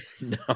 No